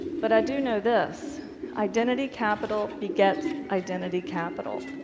but i do know this identity capital begets identity capital.